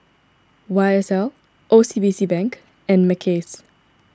Y S L O C B C Bank and Mackays